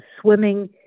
swimming